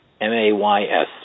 M-A-Y-S